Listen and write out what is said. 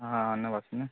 ହଁ ନେବ ସିନା